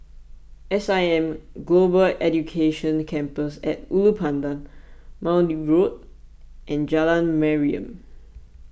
S I M Global Education Campus at Ulu Pandan Maude Road and Jalan Mariam